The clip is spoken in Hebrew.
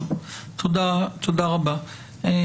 תודה רבה,